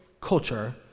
culture